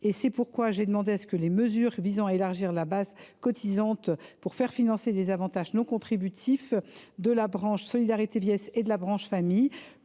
C’est pourquoi j’ai demandé que les mesures visant à élargir la base cotisante pour financer des avantages non contributifs de la branche solidarité vieillesse et de la branche famille